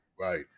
Right